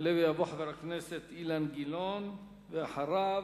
יעלה ויבוא חבר הכנסת אילן גילאון, ואחריו,